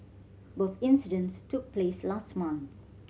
both incidents took place last month